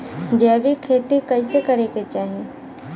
जैविक खेती कइसे करे के चाही?